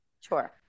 Sure